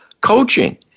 coaching